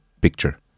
picture